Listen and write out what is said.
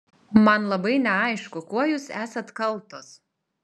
man labai neaišku kuo jūs esat kaltos